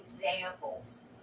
examples